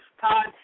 Todd